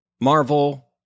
Marvel